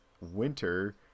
winter